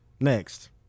Next